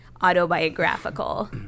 autobiographical